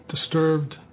disturbed